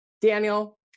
Daniel